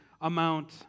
amount